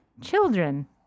children